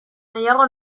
nahiago